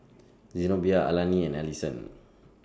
Zenobia Alani and Allison